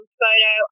photo